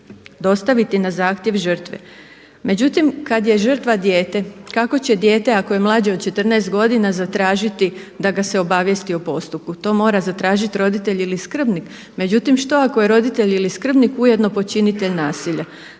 dostaviti na zahtjev žrtve. Međutim, kad je žrtva dijete kako će dijete ako je mlađe od 14 godina zatražiti da ga se obavijesti o postupku? To mora zatražiti roditelj ili skrbnik. Međutim, što ako je roditelj ili skrbnik ujedno počinitelj nasilja?